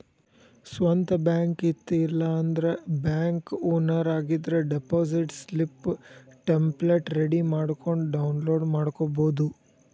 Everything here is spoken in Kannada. ಸ್ವಂತ್ ಬ್ಯಾಂಕ್ ಇತ್ತ ಇಲ್ಲಾಂದ್ರ ಬ್ಯಾಂಕ್ ಓನರ್ ಆಗಿದ್ರ ಡೆಪಾಸಿಟ್ ಸ್ಲಿಪ್ ಟೆಂಪ್ಲೆಟ್ ರೆಡಿ ಮಾಡ್ಕೊಂಡ್ ಡೌನ್ಲೋಡ್ ಮಾಡ್ಕೊಬೋದು